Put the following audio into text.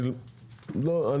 אני